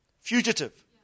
Fugitive